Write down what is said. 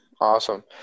Awesome